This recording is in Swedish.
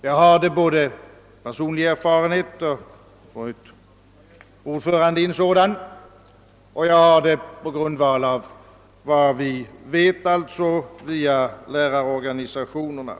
Jag har personlig erfarenhet härav genom att jag varit ordförande i en sådan nämnd och har också kännedom om dessa nämnder via Jlärarorganisationerna.